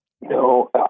No